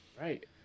Right